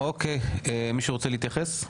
מישהו רוצה להתייחס?